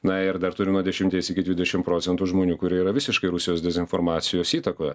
na ir dar turim nuo dešimties iki dvidešimt procentų žmonių kurie yra visiškai rusijos dezinformacijos įtakoje